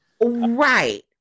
Right